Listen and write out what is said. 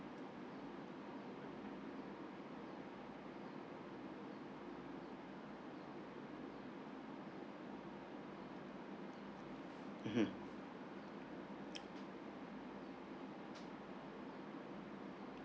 mmhmm